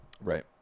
Right